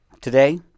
today